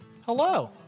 Hello